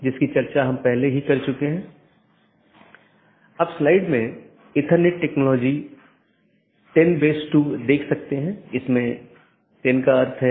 इसका मतलब है यह चीजों को इस तरह से संशोधित करता है जो कि इसके नीतियों के दायरे में है